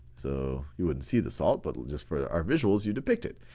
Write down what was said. so, you wouldn't see the salt, but just for our visuals, you depict it.